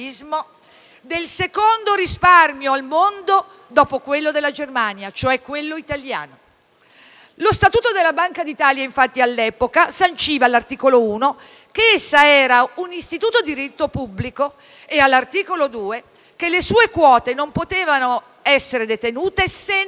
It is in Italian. del secondo risparmio al mondo dopo quello della Germania, cioè quello italiano. Lo statuto della Banca d'Italia, infatti, all'epoca sanciva, all'articolo 1, che essa era un istituto di diritto pubblico e, all'articolo 2, che le sue quote non potevano essere detenute se non